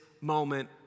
moment